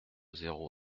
zéro